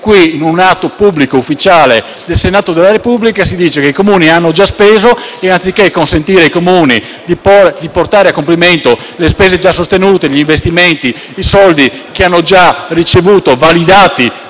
In un atto pubblico ufficiale del Senato della Repubblica si dice che i Comuni hanno già speso e anziché consentire loro di portare a compimento le spese già sostenute e di utilizzare le risorse che hanno già ricevuto, validate